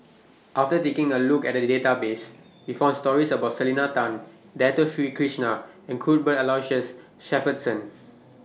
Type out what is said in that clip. after taking A Look At The Database We found stories about Selena Tan Dato Sri Krishna and Cuthbert Aloysius Shepherdson